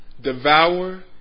devour